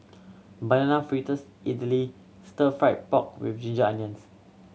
Banana Fritters idly Stir Fry pork with ginger onions